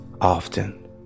often